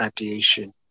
radiation